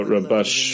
Rabash